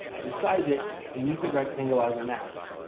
resize it and use the rectangle as a mask.